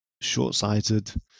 short-sighted